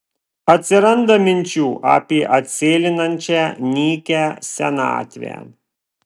atsiranda minčių apie atsėlinančią nykią senatvę